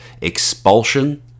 expulsion